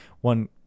one